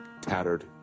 tattered